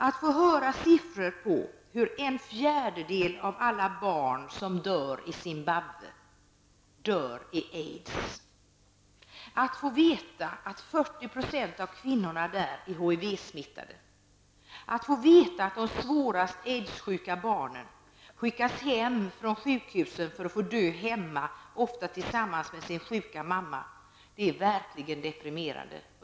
Att få höra att en fjärdedel av alla barn som dör i Zimbabwe dör i aids, att få veta att 40 % av kvinnorna där är HIV-smittade, att få veta att de svårast aidssjuka barnen skickas hem från sjukhusen för att få dö hemma, ofta tillsammans med sin sjuka mamma, är verkligen deprimerande.